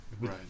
Right